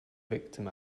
victim